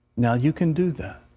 now, you can do that.